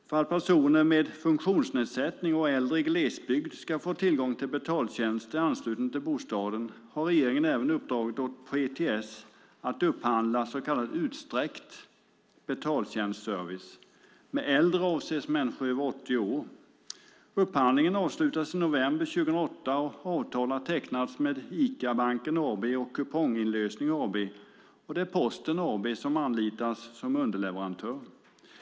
För att personer med funktionsnedsättning och äldre i glesbygd ska få tillgång till betaltjänster i anslutning till bostaden har regeringen även uppdragit åt PTS att upphandla så kallad utsträckt betaltjänstservice. Med äldre avses människor över 80 år. Upphandlingen avslutades i november 2008, och avtal har tecknats med ICA Banken AB och Kuponginlösen AB. Det är Posten AB som anlitas som underleverantör.